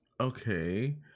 okay